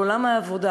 על עולם העבודה.